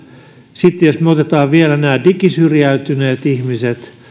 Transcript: sitten jos me otamme vielä nämä digisyrjäytyneet ihmiset